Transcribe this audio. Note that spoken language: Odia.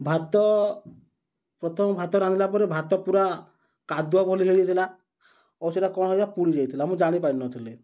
ଭାତ ପ୍ରଥମେ ଭାତ ରାନ୍ଧିଲା ପରେ ଭାତ ପୁରା କାଦୁଅ ଭଲି ହେଇଯାଇଥିଲା ଓ ସେଟା କ'ଣ ହେଇଥିଲା ପୋଡ଼ି ଯାଇଥିଲା ମୁଁ ଜାଣିପାରିନଥିଲି